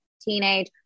teenage